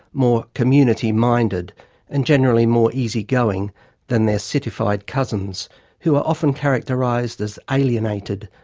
more community-minded and generally more easy-going than their citified cousins who are often characterized as alienated,